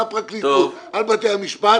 על הפרקליטות, על בתי המשפט.